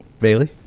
Bailey